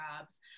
jobs